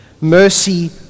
mercy